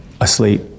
Asleep